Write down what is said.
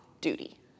duty